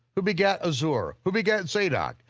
who begat azor, who begat zadok,